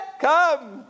come